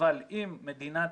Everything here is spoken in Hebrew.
אבל אם מדינת